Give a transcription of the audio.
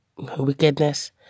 Wickedness